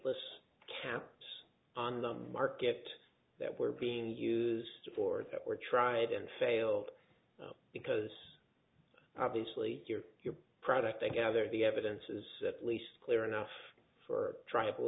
less camps on the market that were being used for that were tried and failed because obviously your product i gather the evidence is at least clear enough for tribal